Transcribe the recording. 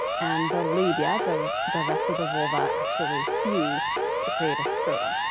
and the labia, the the rest of the vulva actually fused to create a scrotum.